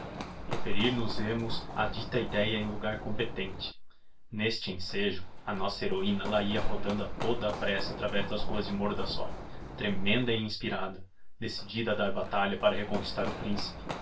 genial referir nos hemos á dita ideia em logar competente n'este ensejo a nossa heroina lá ia rodando a toda a pressa através das ruas de mordassov tremenda e inspirada decidida a dar batalha para reconquistar o principe